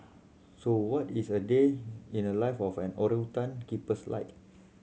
so what is a day in the life of an orangutan keepers like